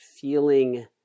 feeling